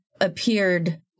appeared